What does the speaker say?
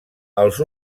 els